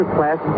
Class